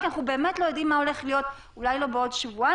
כי אנחנו באמת לא יודעים מה הולך להיות אולי לא בעוד שבועיים,